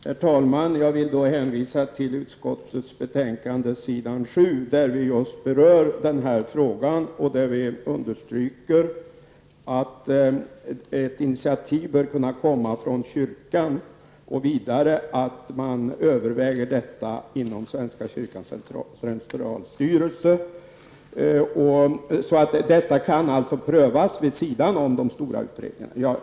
Herr talman! Jag vill hänvisa till utskottets betänkande s. 7, där vi just berör den här frågan. Vi understryker att ett initiativ bör kunna komma från kyrkan och vidare att man överväger detta inom svenska kyrkans centralstyrelse. Detta kan alltså prövas vid sidan om de stora utredningarna.